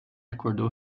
acordou